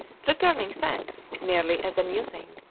returning thanks is nearly as amusing,